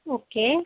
okay